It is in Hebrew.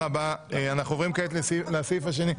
אנחנו עוברים כעת לסעיף השני: